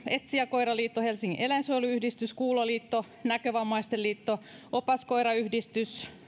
etsijäkoiraliitto helsingin eläinsuojeluyhdistys kuuloliitto näkövammaisten liitto opaskoirayhdistys